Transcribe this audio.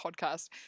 podcast